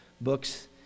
books